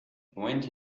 went